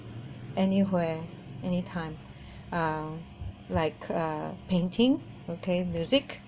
anywhere anytime um like uh painting okay music